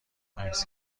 عکس